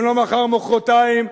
אם לא מחר, מחרתיים.